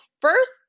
first